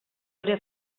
ere